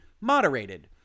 moderated